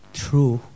true